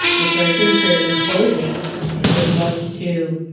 and so i think that in closing would love to